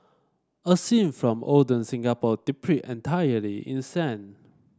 a scene from olden Singapore entirely in sand